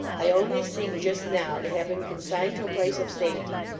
i only seek, just now, to have him consigned to a place of safety.